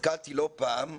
נתקלתי לא פעם,